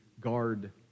guard